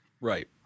Right